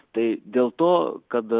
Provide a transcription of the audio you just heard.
tai dėl to kad